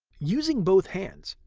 using both hands,